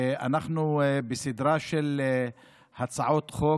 ואנחנו בסדרה של הצעות חוק,